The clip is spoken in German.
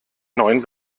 neuen